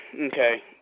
okay